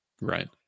right